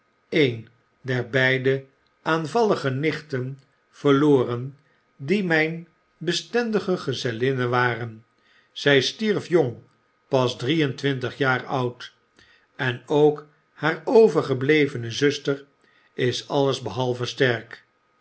een der beide aanvallige nichten verloren die myn bestendige gezellinnen waren zij stierf jong pas drie en twintig jaar oud en ook haar overgeblevene zuster is alles behalve sterk